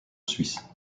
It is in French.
suisse